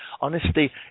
Honesty